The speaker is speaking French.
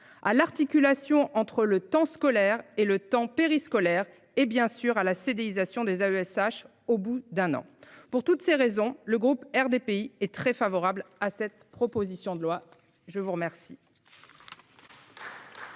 à l'articulation entre le temps scolaire et le temps périscolaire et bien sûr à la CDU, nisation des AESH au bout d'un an pour toutes ces raisons, le groupe RDPI est très favorable à cette proposition de loi. Je vous remercie.